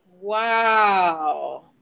Wow